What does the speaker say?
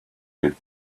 good